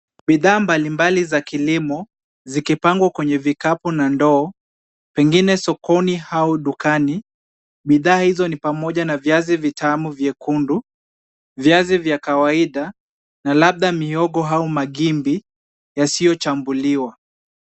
Bidhaa mbalimbali za kilimo, zikipangwa kwenye vikapu na ndoo, pengine sokoni au dukani. Bidhaa hizo ni pamoja na viazi vitamu vyekundu, viazi vya kawaida na labda mihogo au magimbi yasiyochambuliwa.